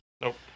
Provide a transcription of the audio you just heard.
Nope